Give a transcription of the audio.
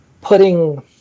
Putting